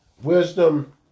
Wisdom